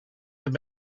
have